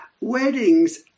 weddings